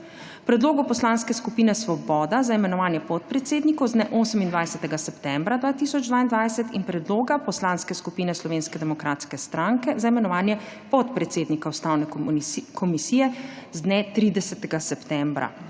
predloga Poslanske skupine Svoboda za imenovanje podpredsednikov z dne 28. septembra 2022 in predloga Poslanske skupine Slovenske demokratske stranke za imenovanje podpredsednika Ustavne komisije z dne 30. septembra.